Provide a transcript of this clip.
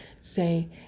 say